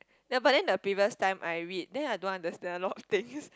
ya but then the previous time I read then I don't understand a lot of things